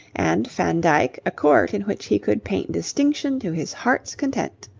and van dyck a court in which he could paint distinction to his heart's content.